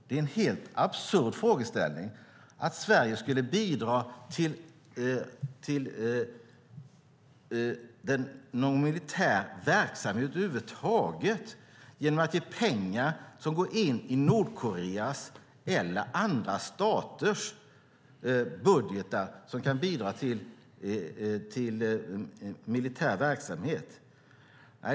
Det vore helt absurt att Sverige genom att ge pengar som går in i Nordkoreas eller andra staters budgetar skulle bidra till militär verksamhet.